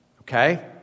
Okay